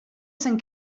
sant